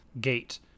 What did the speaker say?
gate